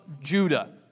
Judah